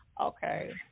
Okay